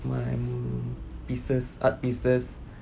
my mm pieces art pieces